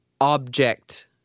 object